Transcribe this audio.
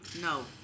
No